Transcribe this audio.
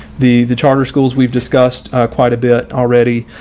the the charter schools we've discussed quite a bit already,